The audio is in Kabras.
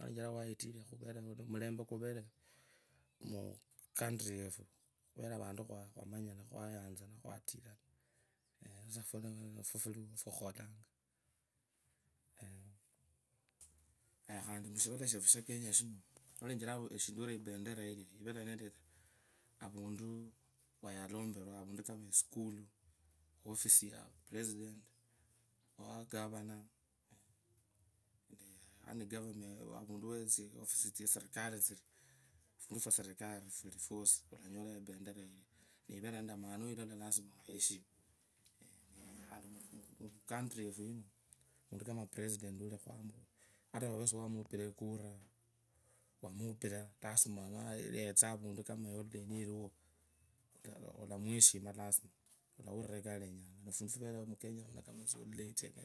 Noloa white, mmm, mulembe kuvere mucountry yefu. Khuvere vantu khwanyanzana khwatirana, ayaa khandi mushwala shefu shakenya shinu, nolechera wayalomperawa, office, ya presideri ya governor, ama tsiu- office tsa serekali tsiri fundi fwa serkali furi, olanyalao ependara, ivere nendee maana. Nyilola, lazima ayeshima, mucounty mwefu muna, muntu kama president ni yenza avundu lazima umweshime, ata kavulari siwamwopira ekura taa lazima olamweshima. Lazima olaurira kalenyanga fundu fuverew mukenya munu, kama tsiholiday tsino,